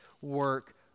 work